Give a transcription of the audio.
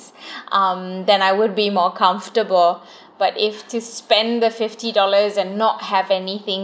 um then I would be more comfortable but if to spend the fifty dollars and not have anything